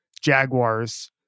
Jaguars